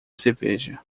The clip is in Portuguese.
cerveja